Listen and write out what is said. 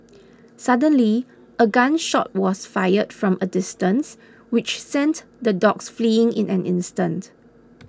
suddenly a gun shot was fired from a distance which sent the dogs fleeing in an instant